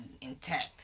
intact